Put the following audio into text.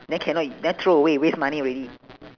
then cannot u~ then throw away waste money already